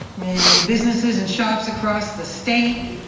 and and businesses, and shops across the state,